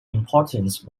importance